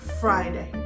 Friday